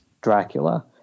Dracula